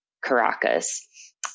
Caracas